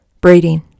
Breeding